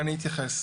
אני אתייחס.